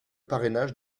parrainage